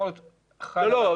לא,